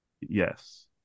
Yes